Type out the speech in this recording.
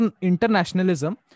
internationalism